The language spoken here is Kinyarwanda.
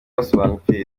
basobanukiwe